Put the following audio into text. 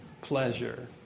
pleasure